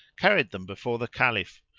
carried them before the caliph,